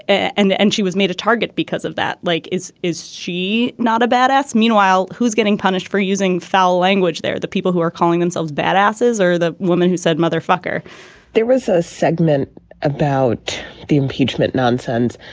and and she was made a target because of that. like is is she not a bad ass. meanwhile who's getting punished for using foul language they're the people who are calling themselves bad asses or the woman who said mother fucker there was a segment about the impeachment nonsense.